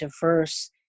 diverse